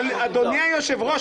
אדוני היושב-ראש,